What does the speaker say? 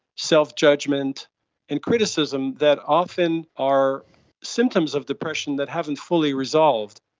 self-judgement and criticism that often are symptoms of depression that haven't fully resolved.